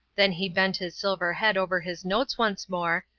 then he bent his silver head over his notes once more,